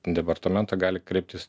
departamentą gali kreiptis